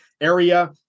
area